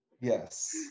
Yes